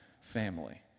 family